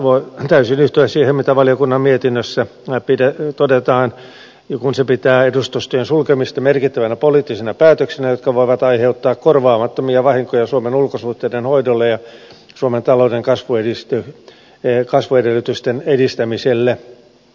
voin täysin yhtyä siihen mitä valiokunnan mietinnössä todetaan kun se pitää edustustojen sulkemisia merkittävinä poliittisina päätöksinä jotka voivat aiheuttaa korvaamattomia vahinkoja suomen ulkosuhteiden hoidolle ja suomen talouden kasvuedellytysten edistämiselle